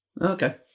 Okay